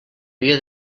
via